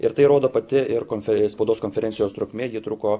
ir tai rodo pati ir konfere spaudos konferencijos trukmė ji truko